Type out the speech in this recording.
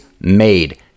made